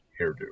hairdo